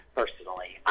personally